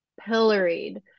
pilloried